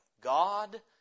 God